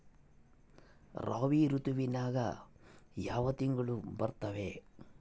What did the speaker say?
ರಾಬಿ ಋತುವಿನ್ಯಾಗ ಯಾವ ತಿಂಗಳು ಬರ್ತಾವೆ?